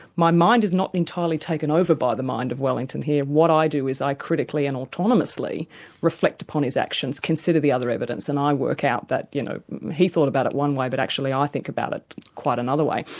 my mind is not entirely taken over by the mind of wellington here, what i do is i critically and autonomously reflect upon his actions, consider the other evidence, and i work out that you know he thought about it one way, but actually i think about it quite another way.